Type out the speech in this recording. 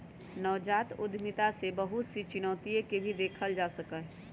नवजात उद्यमिता में बहुत सी चुनौतियन के भी देखा जा सका हई